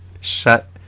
shut